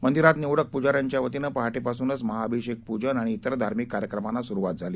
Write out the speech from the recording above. मंदिरात निवडक पुजाऱ्यांच्या वतीनं पहाटेपासूनच महा अभिषेक पूजन आणि इतर धार्मिक कार्यक्रमाना सुरुवात झाली